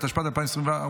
התשפ"ד 2024,